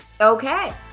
Okay